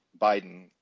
Biden